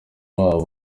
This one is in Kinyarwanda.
wabo